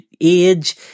age